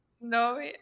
No